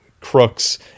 crooks